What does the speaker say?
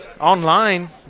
online